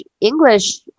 English